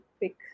pick